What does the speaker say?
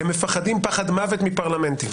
הם מפחדים פחד מוות מפרלמנטים.